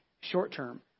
short-term